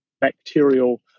bacterial